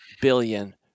billion